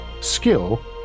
skill